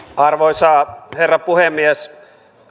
arvoisa herra puhemies